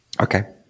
Okay